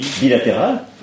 bilatéral